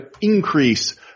increase